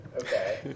Okay